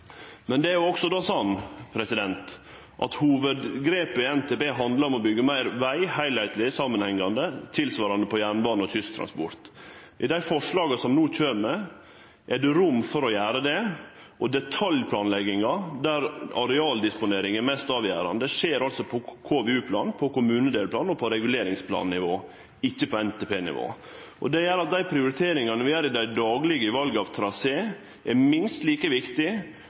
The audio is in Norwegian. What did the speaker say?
Men det er også sånn at hovudgrepet i NTP handlar om å byggje meir veg heilskapleg og samanhengande, og tilsvarande på jernbane og kysttransport. I dei forslaga som no kjem, er det rom for å gjere det, og detaljplanlegginga, der arealdisponering er mest avgjerande, skjer altså på KVU-plan-, på kommunedelplan- og på reguleringsplannivå, ikkje på NTP-nivå. Det gjer at dei prioriteringane vi gjer i dei daglege vala av trasé, er minst like